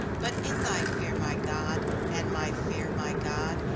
but in thy fear, my god, and my fear, my god,